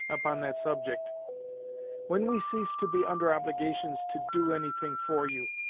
upon that subject when we cease to be under obligations to do anything for you,